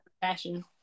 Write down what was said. fashion